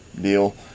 deal